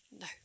No